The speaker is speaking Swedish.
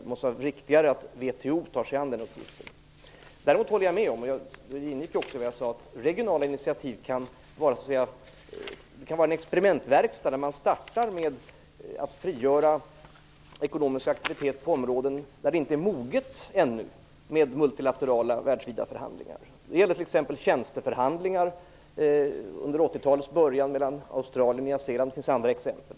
Det måste vara riktigare att WTO tar sig an den uppgiften. Däremot håller jag med om, och det ingick också i vad jag sade, att regionala initiativ kan vara en experimentverkstad där man startar med att frigöra ekonomisk aktivitet på områden där tiden ännu inte är mogen för multilaterala, världsvida förhandlingar. Det gäller t.ex. tjänsteförhandlingarna under 80-talets början mellan Australien och Nya Zeeland, och det finns även andra exempel.